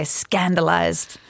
scandalized